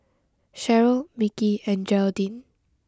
Cheryll Mickey and Geraldine